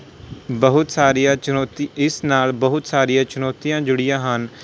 ਬਹੁਤ ਸਾਰੀਆਂ ਚੁਣੌਤੀ ਇਸ ਨਾਲ ਬਹੁਤ ਸਾਰੀਆਂ ਚੁਣੌਤੀਆਂ ਜੁੜੀਆਂ ਹਨ